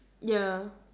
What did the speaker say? ya